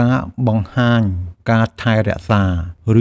ការបង្ហាញការថែរក្សា